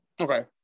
Okay